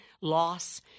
Loss